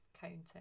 counting